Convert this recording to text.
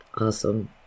Awesome